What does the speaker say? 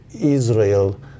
Israel